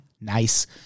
Nice